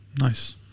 Nice